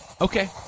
Okay